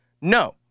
No